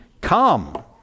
Come